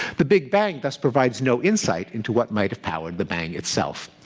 the big bang thus provides no insight into what might have powered the bang itself.